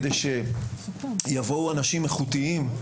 כדי שיבואו אנשים איכותיים,